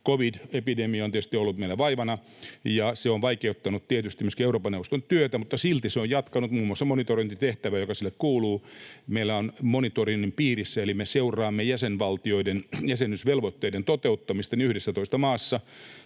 Covid-epidemia on tietysti ollut meillä vaivana, ja se on vaikeuttanut myöskin Euroopan neuvoston työtä, mutta silti neuvosto on jatkanut muun muassa monitorointitehtävää, joka sille kuuluu. Meillä on monitoroinnin piirissä — eli me seuraamme jäsenvaltioiden jäsenyysvelvoitteiden toteuttamista — 11 maata.